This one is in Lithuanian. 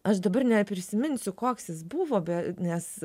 aš dabar neprisiminsiu koks jis buvo be nes